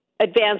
Advanced